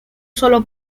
sólo